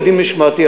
לדין משמעתי,